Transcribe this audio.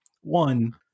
one